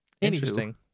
interesting